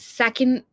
second